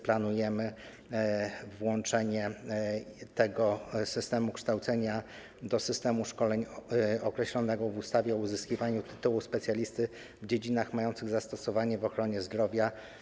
Planujemy włączenie tego systemu kształcenia do systemu szkoleń określonego w ustawie o uzyskiwaniu tytułu specjalisty w dziedzinach mających zastosowanie w ochronie zdrowia.